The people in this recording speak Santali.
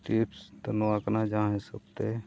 ᱫᱚ ᱱᱚᱣᱟ ᱠᱟᱱᱟ ᱡᱟᱦᱟᱸ ᱦᱤᱥᱟᱹᱵᱽ ᱛᱮ